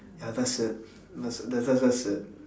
ya that's it that's that's that's it